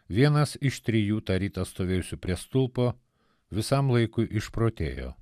vienas iš trijų tą rytą stovėjusių prie stulpo visam laikui išprotėjo